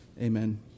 Amen